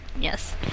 Yes